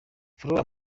flora